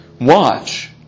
watch